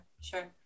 sure